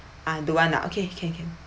ah the [one] ah okay can can